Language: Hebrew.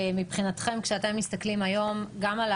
מבחינתכם, כשאתם מסתכלים היום גם על